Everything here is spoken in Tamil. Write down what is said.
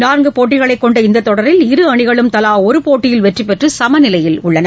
நான்கு போட்டிகளைக் கொண்ட இந்தத் தொடரில் இரு அணிகளும் தலா ஒரு போட்டியில் வெற்றி பெற்று சம நிலையில் உள்ளன